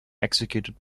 executed